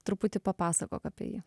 truputį papasakok apie jį